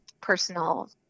personal